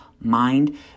mind